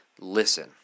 listen